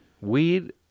Weed